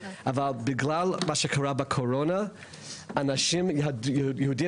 אבל בגלל מה שקרה בקורונה אנשים יהודים